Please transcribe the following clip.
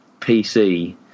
PC